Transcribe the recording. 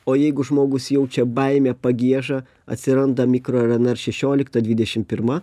o jeigu žmogus jaučia baimę pagiežą atsiranda mikro rnr šešiolikta dvidešim pirma